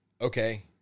okay